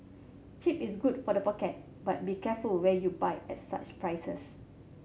cheap is good for the pocket but be careful where you buy at such prices